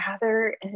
gather